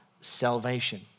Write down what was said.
salvation